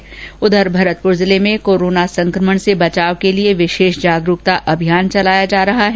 इस बीच भरतपुर जिले में कोरोना संक्रमण से बचाव के लिए विशेष जागरुकता अभियान चलाया जा रहा है